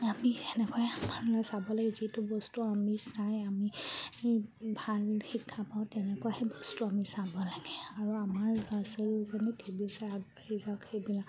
আমি সেনেকৈয়ে আমাৰ চাবলৈ যিটো বস্তু আমি চাই আমি ভাল শিক্ষা পাওঁ তেনেকুৱা সেই বস্তু আমি চাব লাগে আৰু আমাৰ ল'ৰা ছোৱালীজনীও টি ভি চাই আগবাঢ়ি যাওক সেইবিলাক